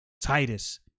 Titus